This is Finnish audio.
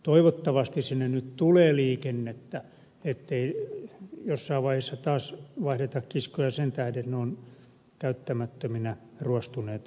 toivottavasti sinne nyt tulee liikennettä ettei jossain vaiheessa taas vaihdeta kiskoja sen tähden että ne ovat käyttämättöminä ruostuneet puhki